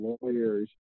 lawyers